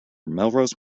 melrose